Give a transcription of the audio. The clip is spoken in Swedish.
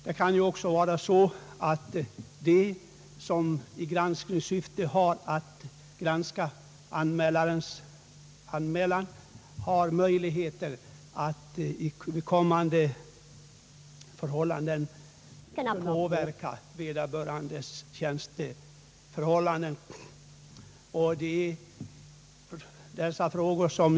Det kan ju också vara så att de som har att granska vederbörande tjänstemans anmälan har möjligheter att påverka tjänstemannens tjänsteförhållanden i framtiden.